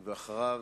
ואחריו,